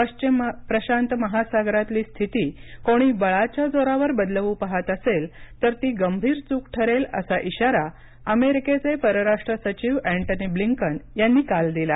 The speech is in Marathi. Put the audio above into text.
पश्चिम प्रशांत महासागरातली स्थिती कोणी बळाच्या जोरावर बदलवू पाहात असेल तर ती गंभीर चूक ठरेल असा इशारा अमेरिकेचे परराष्ट्र सचिव अँटनी ब्लिंकन यांनी काल दिला